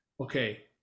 okay